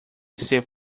ser